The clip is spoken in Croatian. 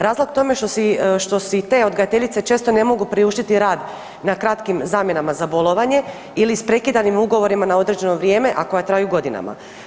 Razlog tome je što si te odgajateljice često ne mogu priuštiti rad na kratkim zamjenama za bolovanje ili isprekidanim ugovorima na određeno vrijeme, a koja traju godinama.